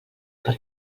per